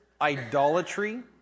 idolatry